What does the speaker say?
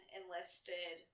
enlisted